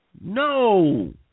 No